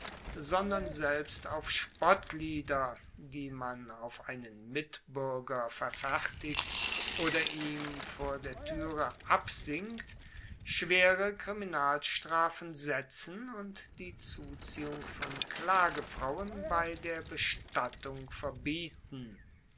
sondern selbst auf spottlieder die man auf einen mitbuerger verfertigt oder ihm vor der tuere absingt schwere kriminalstrafen setzen und die zuziehung von klagefrauen bei der bestattung verbieten